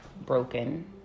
broken